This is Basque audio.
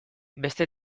beste